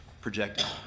projected